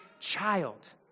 child